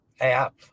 app